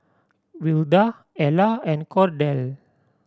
Wilda Ela and Kordell